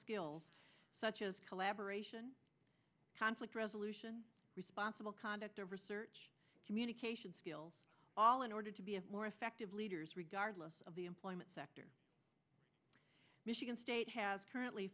skills such as collaboration conflict resolution responsible conduct of research communication skills all in order to be of more effective leaders regardless of the employment sector michigan state has currently